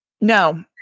no